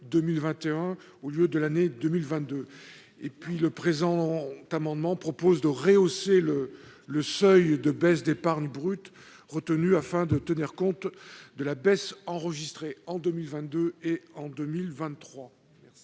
2021, au lieu de l'année 2022. Il est également proposé de rehausser le seuil d'épargne brute retenu, afin de tenir compte de la baisse enregistrée en 2022 et en 2023.